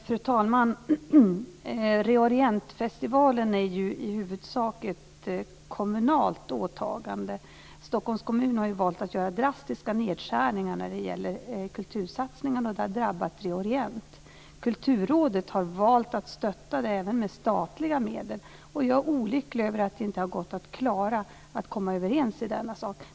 Fru talman! Re:Orientfestivalen är ju i huvudsak ett kommunalt åtagande. Stockholms kommun har ju valt att göra drastiska nedskärningar av kultursatsningarna, och det har drabbat Re:Orient. Kulturrådet har valt att stötta det även med statliga medel. Jag är olycklig över att det inte har gått att komma överens i denna sak.